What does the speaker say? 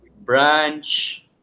branch